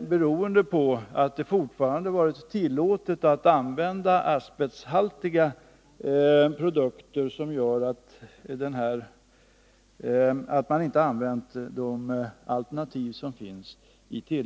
Beroende på att det fortfarande varit tillåtet att använda asbesthaltiga produkter har man emellertid inte i tillräckligt stor omfattning använt de alternativ som finns. Man kan